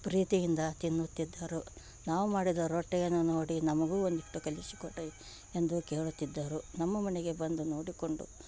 ಪ್ರೀತಿಯಿಂದ ತಿನ್ನುತ್ತಿದ್ದರು ನಾವು ಮಾಡಿದ ರೊಟ್ಟಿಯನ್ನು ನೋಡಿ ನಮಗೂ ಒಂದಿಷ್ಟು ಕಲಿಸಿಕೊಡಿ ಎಂದು ಕೇಳುತ್ತಿದ್ದರು ನಮ್ಮ ಮನೆಗೆ ಬಂದು ನೋಡಿಕೊಂಡು